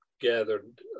gathered